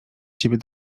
ciebie